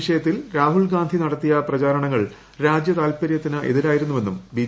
വിഷയത്തിൽ ഈ രാഹുൽ ഗാന്ധി നടത്തിയ പ്രചരണങ്ങൾ രാജ്യ താൽപ്പര്യത്തിന് എതിരായിരുന്നുവെന്നും ബ്ലി